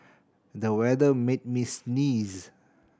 the weather made me sneeze